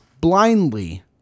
blindly